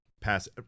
pass